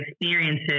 experiences